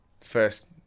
first